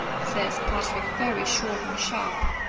says patrick, very short and sharp.